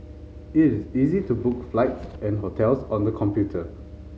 it is easy to book flights and hotels on the computer